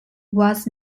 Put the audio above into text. was